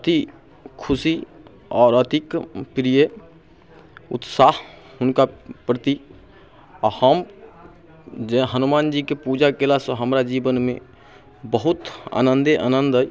अति खुशी आओर अति प्रिय उत्साह हुनका प्रति आओर हम जे हनुमान जीके पूजा केलासँ हमरा जीवनमे बहुत आनन्दे आनन्द अइ